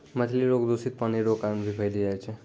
मछली रोग दूषित पानी रो कारण भी फैली जाय छै